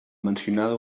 mencionada